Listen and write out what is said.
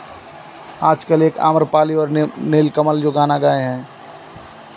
आजकल एक अम्रपाली और ने नीलकमल जो गाना गाए हैं